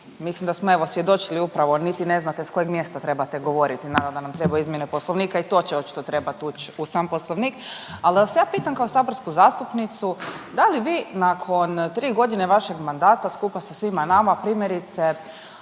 mislim da smo evo svjedočili upravo niti ne znate s kojeg mjesta trebate govoriti, naravno da nam trebaju izmjene Poslovnika i to će očito trebati ući u sam Poslovnik, ali vas ja pitam kao saborsku zastupnicu da li vi nakon 3 godine vašeg mandata skupa sa svima nama primjerice